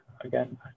again